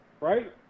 right